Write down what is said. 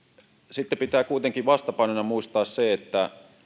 sitten pitää kuitenkin vastapainona muistaa se että